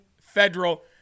federal